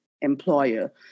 employer